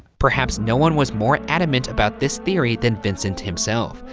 perhaps no one was more adamant about this theory than vincent himself.